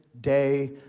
day